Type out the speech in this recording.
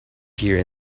here